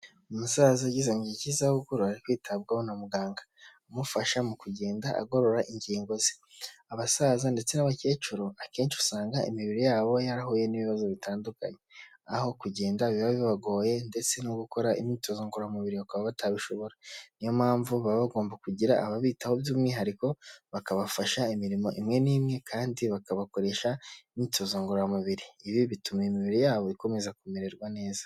Umusaza ugeze mu gihe cy'izabukuru ari kwitabwaho na muganga, umufasha mu kugenda agorora ingingo ze. Abasaza ndetse n'abakecuru akenshi usanga imibiri yabo yarahuye n'ibibazo bitandukanye, aho kugenda biba bibagoye ndetse no gukora imyitozo ngororamubiri bakaba batabishobora. Ni yo mpamvu baba bagomba kugira ababitaho by'umwihariko, bakabafasha imirimo imwe n'imwe, kandi bakabakoresha imyitozo ngororamubiri. Ibi bituma imibiri yabo ikomeza kumererwa neza.